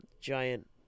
giant